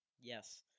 Yes